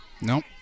Nope